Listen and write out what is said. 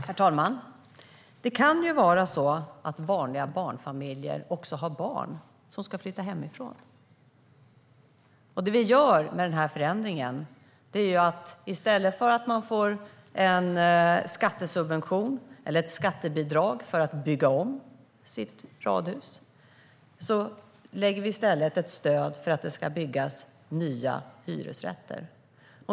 Herr talman! Det kan ju vara så att vanliga barnfamiljer har barn som ska flytta hemifrån. Den här förändringen innebär att i stället för att vi ger en skattesubvention eller ett skattebidrag för att bygga om sitt radhus ger vi ett stöd för att det ska byggas nya hyresrätter.